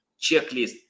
checklist